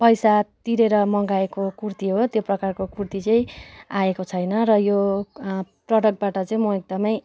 पैसा तिरेर मगाएको कुर्ती हो त्यो प्रकारको कुर्ती चाहिँ आएको छैन र यो प्रडक्टबाट चाहिँ म एकदमै